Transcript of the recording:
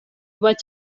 vaig